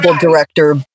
director